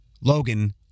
Logan